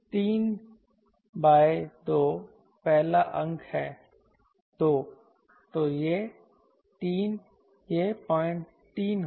3 by 2 पहला अंक है 2 तो 3 यह 03 होगा